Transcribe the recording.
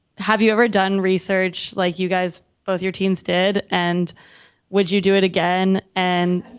have you ever done research like you guys, both your teams did? and would you do it again, and